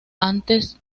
antes